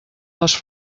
les